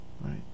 Right